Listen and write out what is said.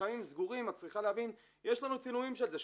מתחמים סגורים יש לנו צילומים של זה,